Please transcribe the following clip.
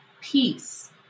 peace